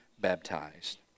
baptized